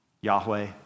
Yahweh